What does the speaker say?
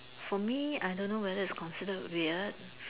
for me I don't know whether it's considered weird